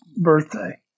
birthday